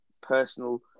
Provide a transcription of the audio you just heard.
personal